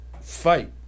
fight